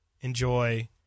enjoy